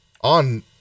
on